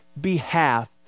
behalf